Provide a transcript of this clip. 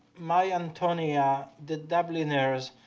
my antonia, the dubliners,